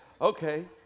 Okay